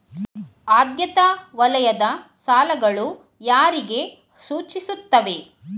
ಆದ್ಯತಾ ವಲಯದ ಸಾಲಗಳು ಯಾರಿಗೆ ಸೂಚಿಸುತ್ತವೆ?